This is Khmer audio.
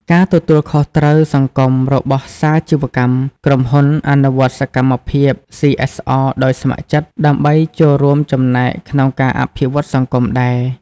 ការទទួលខុសត្រូវសង្គមរបស់សាជីវកម្ម ក្រុមហ៊ុនអនុវត្តសកម្មភាព សុី អេស អរ ដោយស្ម័គ្រចិត្ត ដើម្បីចូលរួមចំណែកក្នុងការអភិវឌ្ឍសង្គមដែរ ។